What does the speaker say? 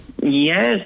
Yes